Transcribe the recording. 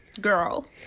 Girl